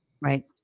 Right